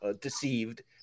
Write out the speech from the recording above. deceived